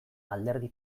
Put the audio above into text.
alderdi